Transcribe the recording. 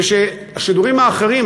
ושהשידורים האחרים,